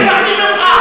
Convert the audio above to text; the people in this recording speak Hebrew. חבר הכנסת,